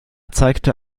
zeigte